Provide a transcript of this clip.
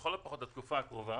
לכל הפחות לתקופה הקרובה,